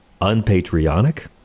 unpatriotic